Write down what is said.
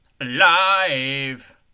Alive